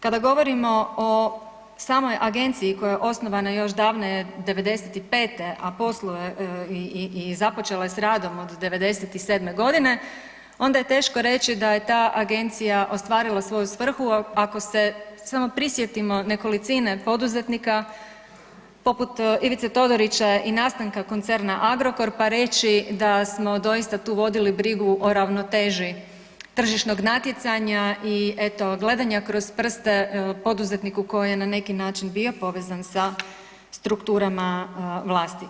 Kada govorimo o samoj agenciji koja je osnovana još davne '95.-te, a posluje i započela je s radom od '97.-me godine onda je teško reći da je ta agencija ostvarila svoju svrhu ako se samo prisjetimo nekolicine poduzetnika poput Ivice Todorića i nastanka koncerna Agrokor pa reći da smo doista tu vodili brigu o ravnoteži tržišnog natjecanja i eto gledanja kroz prste poduzetniku koji je na neki način bio povezan sa strukturama vlasti.